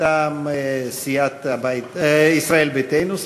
מטעם סיעת ישראל ביתנו: